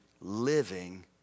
living